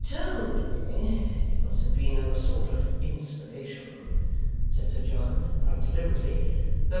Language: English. you told me it must have been in a sort of inspiration said sir john, quite deliberately,